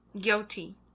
guilty